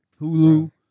Hulu